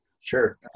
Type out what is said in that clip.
sure